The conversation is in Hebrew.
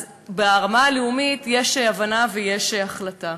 אז ברמה הלאומית יש הבנה ויש החלטה,